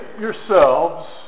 yourselves